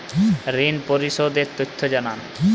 ঋন পরিশোধ এর তথ্য জানান